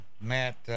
Matt